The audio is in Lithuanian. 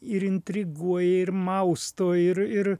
ir intriguoja ir mausto ir ir